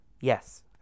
Yes